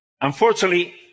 Unfortunately